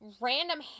random